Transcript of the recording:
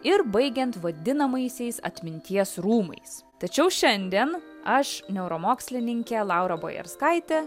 ir baigiant vadinamaisiais atminties rūmais tačiau šiandien aš neuromokslininkė laura bojarskaitė